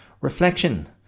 reflection